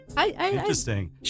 Interesting